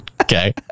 Okay